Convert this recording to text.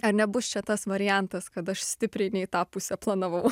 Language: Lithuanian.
ar nebus čia tas variantas kad aš stipriai ne į tą pusę planavau